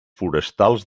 forestals